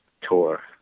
tour